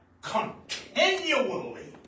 continually